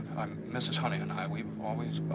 mrs. honey and i, we've always.